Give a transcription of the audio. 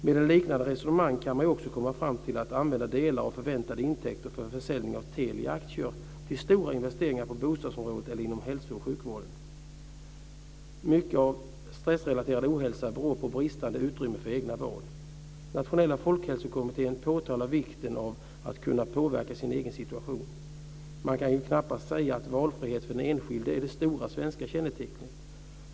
Med ett liknande resonemang kan man också komma fram till att man kan använda delar av förväntade intäkter från försäljning av Teliaaktier till stora investeringar på bostadsområdet eller inom hälso och sjukvården. Mycket av stressrelaterad ohälsa beror på bristande utrymme för egna val. Nationella folkhälsokommittén framhåller vikten av att man kan påverka sin egen situation. Det kan knappast sägas att valfrihet för den enskilde är det stora svenska kännetecknet.